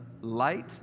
light